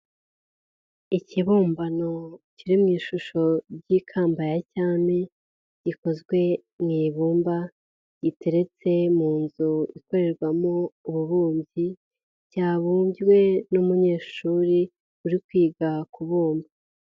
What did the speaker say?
Ikibumbano kiri mu ishusho ry'ikamba ya cyami, gikozwe mu ibumba, giteretse mu nzu ikorerwamo ububumbyi, cyabumbwe n'umunyeshuri uri kwiga kubumba.